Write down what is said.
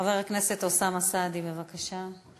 חבר הכנסת אוסאמה סעדי, בבקשה.